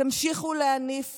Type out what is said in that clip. תמשיכו להניף